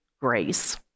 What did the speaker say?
grace